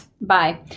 Bye